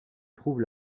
trouve